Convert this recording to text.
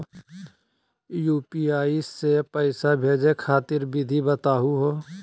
UPI स पैसा भेजै खातिर विधि बताहु हो?